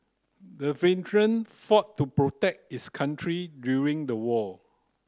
the veteran fought to protect his country during the war